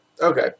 Okay